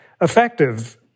effective